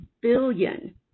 billion